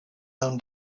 own